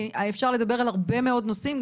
כי אפשר לדבר על הרבה מאוד נושאים,